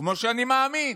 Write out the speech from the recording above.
כמו שאני מאמין,